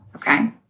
Okay